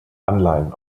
anleihen